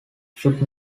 should